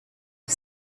off